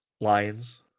Lions